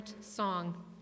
song